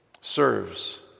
serves